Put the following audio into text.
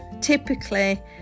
typically